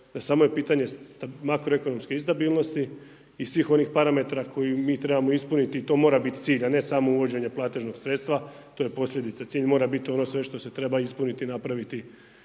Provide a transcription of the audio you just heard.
samo je pitanje makroekonomske i stabilnosti i svih onih parametara koje mi trebamo ispuniti i to mora biti cilj a ne samo uvođenje platežnog sredstva, to je posljedica, cilj mora biti ono sve što se treba ispuniti i napraviti